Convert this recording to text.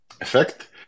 effect